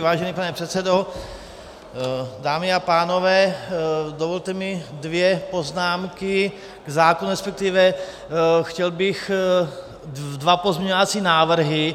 Vážený pane předsedo, dámy a pánové, dovolte mi dvě poznámky k zákonu, resp. chtěl bych dva pozměňovací návrhy.